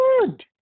good